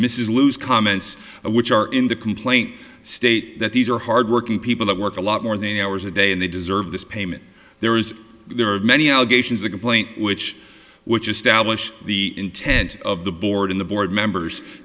mrs lou's comments which are in the complaint state that these are hardworking people that work a lot more than hours a day and they deserve this payment there is there are many allegations a complaint which which establish the intent of the board in the board members